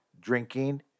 drinking